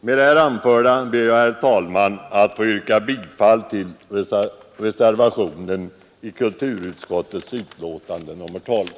Med det anförda ber jag, herr talman, att få yrka bifall till reservationen vid kulturutskottets betänkande nr 12.